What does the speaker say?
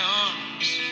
arms